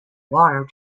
water